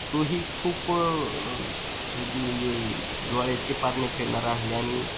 तोही खूप अगदी म्हणजे डोळ्याचे पारणे फेडणारा आणि